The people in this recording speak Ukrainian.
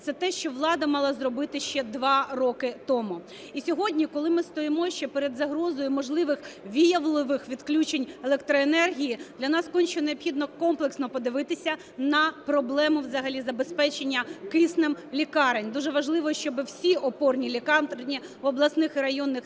Це те, що влада мала зробити ще два роки тому. І сьогодні, коли ми стоїмо ще перед загрозою можливих віялових відключень електроенергії, для нас конче необхідно комплексно подивитися на проблему взагалі забезпечення киснем лікарень. Дуже важливо, щоб всі опорні лікарні в обласних і районних центрах